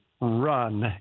run